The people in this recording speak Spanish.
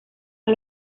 las